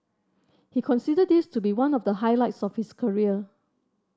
he considers this to be one of the highlights of his career